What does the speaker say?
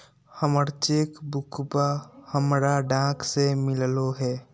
हमर चेक बुकवा हमरा डाक से मिललो हे